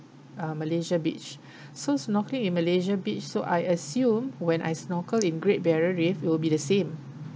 uh malaysia beach so snorkelling in malaysia beach so I assume when I snorkel in great barrier reef it will be the same